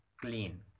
clean